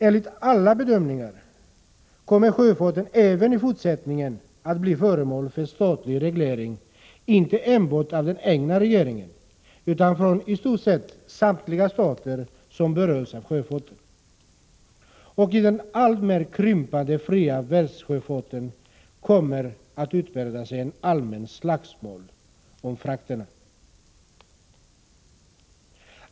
Enligt alla bedömningar kommer sjöfarten även i fortsättningen att bli föremål för statlig reglering, inte enbart av den egna regeringen utan från i stort sett samtliga stater som berörs av sjöfarten. I den alltmer krympande fria världssjöfarten kommer att utbreda sig ett allmänt slagsmål om frakterna.